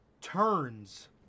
turns